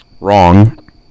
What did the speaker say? Wrong